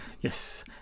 Yes